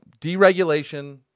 deregulation